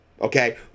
Okay